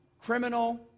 criminal